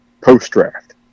post-draft